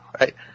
right